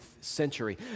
century